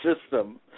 system